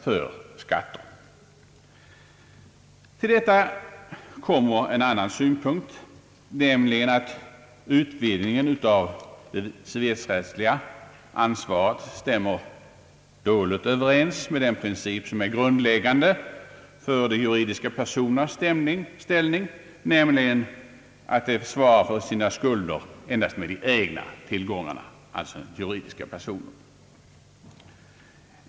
Härtill kommer en annan synpunkt, nämligen att utvidgningen av det civilrättsliga ansvaret stämmer dåligt överens med den princip som är grundläggande för de juridiska personernas ställning, alltså att de svarar för sina skulder endast med de egna tillgångarna.